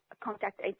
contact